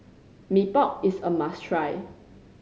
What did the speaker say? Mee Pok is a must try